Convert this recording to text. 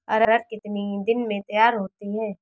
अरहर कितनी दिन में तैयार होती है?